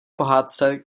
pohádce